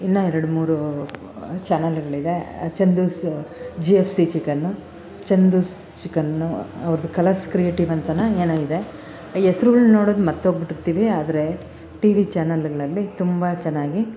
ಇನ್ನೂ ಎರಡು ಮೂರು ಚಾನಲ್ಗಳಿದೆ Chandu's G F C chicken Chandu's ಚಿಕನ್ನು ಅವರದು ಕಲರ್ಸ್ ಕ್ರಿಯೇಟಿವ್ ಅಂತನೋ ಏನೋ ಇದೆ ಹೆಸ್ರುಗಳು ನೋಡೋದು ಮರ್ತೊಗ್ಬಿಟ್ಟಿರ್ತೀವಿ ಆದರೆ ಟಿ ವಿ ಚಾನಲ್ಗಳಲ್ಲಿ ತುಂಬ ಚೆನ್ನಾಗಿ